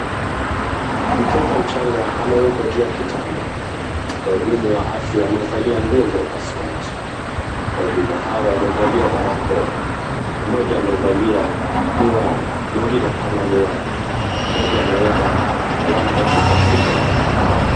Mtoto mchanga amewekwa juu ya kitanda. Wahudumu wa afya wamevalia nguo za upasuaji. Wahudumu hawa wamevalia barakoa. Mmoja amevalia miwani na mwingine hana miwani. Mmoja ameweka kalamu katika mfuko wake.